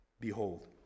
Behold